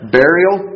burial